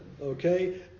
Okay